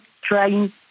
trying